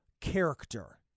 character